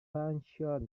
fashioned